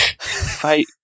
fight